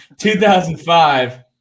2005